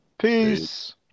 Peace